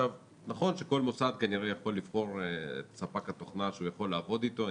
נכון שכל מוסד כנראה יכול לבחור את ספק התוכנה שהוא יכול לעבוד איתו.